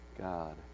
God